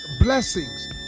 blessings